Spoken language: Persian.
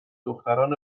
دختران